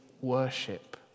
worship